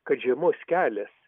kad žymus kelias